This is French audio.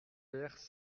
père